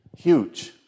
Huge